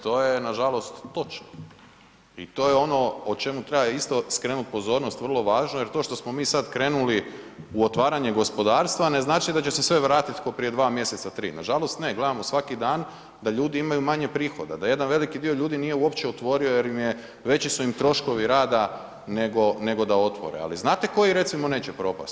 To je nažalost točno i to je ono o čemu treba isto skrenut pozornost vrlo važno jer to što smo sad krenuli u otvaranje gospodarstva ne znači da će se sve vratit ko prije 2 mj., 3, nažalost ne, gledamo svaki dan da ljudi imaju manje prihoda, da jedan veliki dio ljudi nije uopće otvorio jer veći su im troškovi rada nego da otvore ali znate koji recimo neće propast?